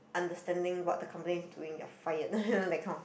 understanding what the company is doing you are fired that kind of